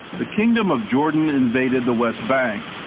the kingdom of jordan invaded the west bank.